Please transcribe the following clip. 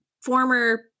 former